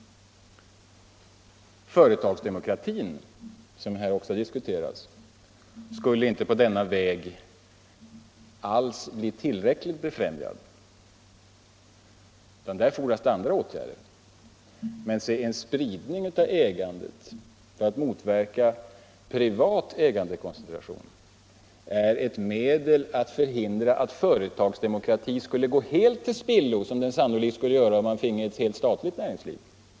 Företagsdemokratin, som också har diskuterats här, skulle inte alls på denna väg bli tillräckligt befrämjad. Där fordras det andra åtgärder. Men en spridning av ägandet för att motverka privat ägandekoncentration är ett medel att förhindra att företagsdemokratin skulle gå fullständigt till spillo, som den sannolikt skulle göra om man finge ett helt statligt näringsliv.